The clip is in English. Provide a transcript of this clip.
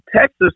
Texas